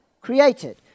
created